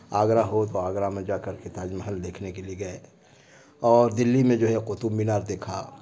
آگرہ ہو تو آگرہ میں جا کر کے تاج محل دیکھنے کے لیے گئے اور دہلی میں جو ہے قطب مینار دیکھا